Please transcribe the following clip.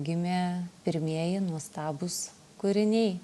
gimė pirmieji nuostabūs kūriniai